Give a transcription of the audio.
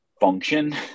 function